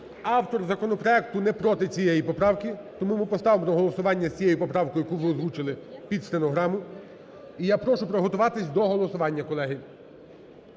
автор законопроекту не проти цієї поправки. Тому ми поставимо до голосування з цією поправкою, яку ви озвучили, під стенограму. І я прошу приготуватися до голосування, колеги.